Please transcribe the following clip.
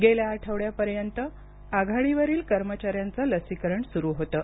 गेल्या आठवड्यापर्यंत आघाडीवरील कर्मचाऱ्यांचं लसीकरण सुरू होतं